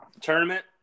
tournament